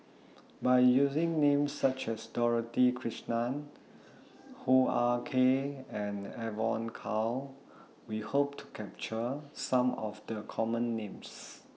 By using Names such as Dorothy Krishnan Hoo Ah Kay and Evon Kow We Hope to capture Some of The Common Names